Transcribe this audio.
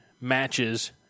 matches